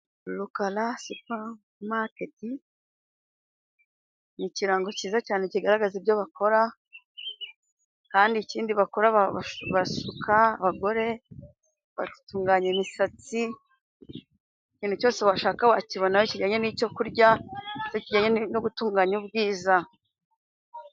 Rukara supamaketi ni ikirango cyiza cyane kigaragaza ibyo bakora. Kandi ikindi bakora basuka abagore batunganya imisatsi, ikintu cyose washaka wakibonayo kijyanye n'icyo kurya, ndetse kijyanye no gutunganya ubwiza.